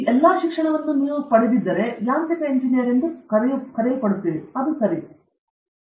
ಈ ಎಲ್ಲಾ ಶಿಕ್ಷಣಗಳಲ್ಲಿ ನೀವು ಹಾದು ಹೋದರೆ ನೀವು ಯಾಂತ್ರಿಕ ಎಂಜಿನಿಯರಿಂಗ್ ಕಲಿತಿದ್ದೀರಿ ಅದು ಸರಿ ಎಂಬ ಕಲ್ಪನೆ